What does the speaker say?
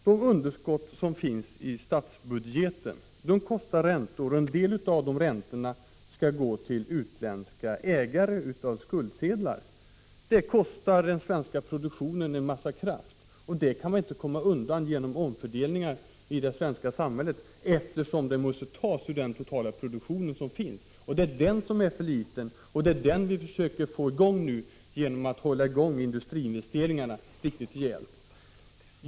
De underskott som finns i statsbudgeten drar med sig räntekostnader och en del av dem skall gå till utländska ägare av skuldsedlar. Det kostar den svenska produktionen en massa kraft, och det kan man inte komma undan genom omfördelningar i det svenska samhället eftersom det måste tas ur den totala produktionen. Det är den som är för liten och som vi försöker få i gång genom att riktigt rejält satsa på investeringarna.